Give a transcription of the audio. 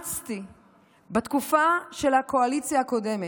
אימצתי בתקופה של הקואליציה הקודמת,